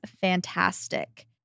fantastic